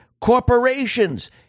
corporations